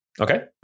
Okay